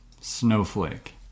Snowflake